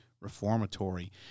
reformatory